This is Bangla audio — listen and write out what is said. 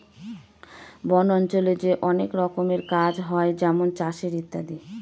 বন অঞ্চলে যে অনেক রকমের কাজ হয় যেমন চাষের ইত্যাদি